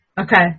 okay